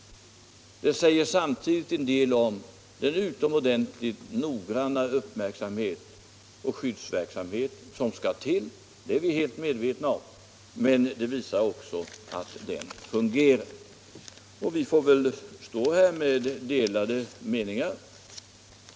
Det säger också en del om den utomordentligt noggranna skyddsverksamhet som skall till — det är vi helt medvetna om — men detta visar samtidigt att det fungerar. Vi får väl stå här med delade meningar.